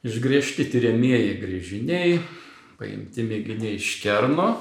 išgręžti tiriamieji gręžiniai paimti mėginiai iš kerno